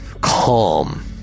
Calm